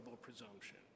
presumption